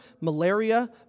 malaria